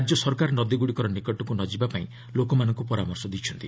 ରାଜ୍ୟ ସରକାର ନଦୀଗୁଡ଼ିକର ନିକଟକୁ ନ ଯିବାପାଇଁ ଲୋକମାନଙ୍କୁ ପରାମର୍ଶ ଦେଇଛନ୍ତି